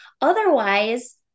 Otherwise